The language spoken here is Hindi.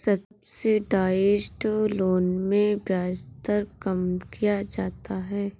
सब्सिडाइज्ड लोन में ब्याज दर कम किया जाता है